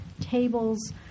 tables